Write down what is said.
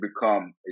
become